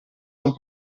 non